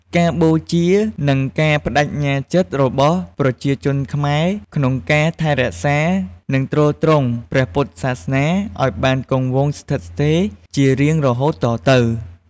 ការបូជា និងការប្តេជ្ញាចិត្តរបស់ប្រជាជនខ្មែរក្នុងការថែរក្សា និងទ្រទ្រង់ព្រះពុទ្ធសាសនាឱ្យបានគង់វង្សស្ថិតស្ថេរជារៀងរហូតតទៅ។